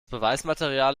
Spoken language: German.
beweismaterial